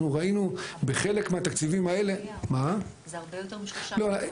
זה הרבה יותר משלושה מיליארד.